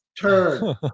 turn